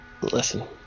listen